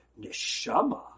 Neshama